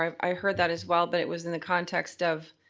i heard that as well, but it was in the context of,